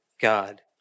God